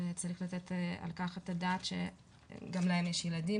וצריך לתת על כך את הדעת שגם להם יש ילדים,